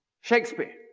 shakespeare?